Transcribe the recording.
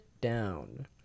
down